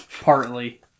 Partly